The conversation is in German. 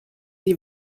sie